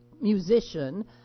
musician